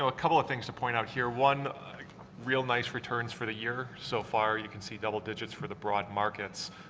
you know a couple of things to point out here, one a real nice returns for the year so far you can see double-digit's for the broad markets,